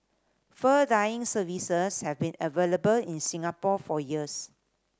fur dyeing services have been available in Singapore for years